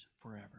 forever